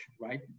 right